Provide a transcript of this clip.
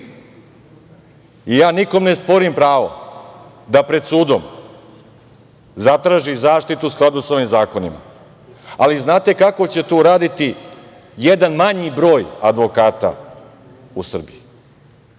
Ja nikome ne sporim pravo da pred sudom zatraži zaštitu u skladu sa ovim zakonima, ali znate kako ćete uraditi jedan manji broj advokata u Srbiji. Sva